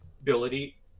ability